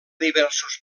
diversos